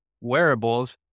wearables